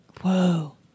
Whoa